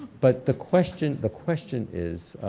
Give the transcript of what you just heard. but the question, the question is